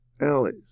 alleys